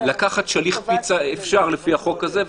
לקחת שליח פיצה אפשר לפי החוק הזה,